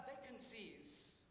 vacancies